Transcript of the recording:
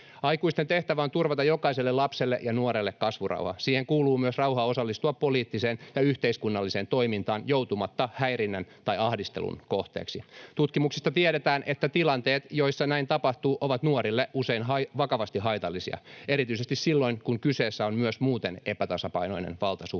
Aikuisten tehtävä on turvata jokaiselle lapselle ja nuorelle kasvurauha. Siihen kuuluu myös rauha osallistua poliittiseen ja yhteiskunnalliseen toimintaan joutumatta häirinnän tai ahdistelun kohteeksi. Tutkimuksista tiedetään, että tilanteet, joissa näin tapahtuu, ovat nuorille usein vakavasti haitallisia — erityisesti silloin, kun kyseessä on myös muuten epätasapainoinen valtasuhde.